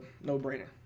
no-brainer